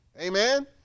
Amen